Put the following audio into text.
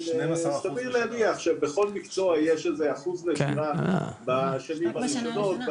סביר להניח שבכל מקצוע יש איזה אחוז נשירה בשנים הראשונות,